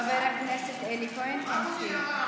חבר הכנסת אלי כהן, תמשיך.